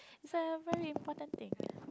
is a very important thing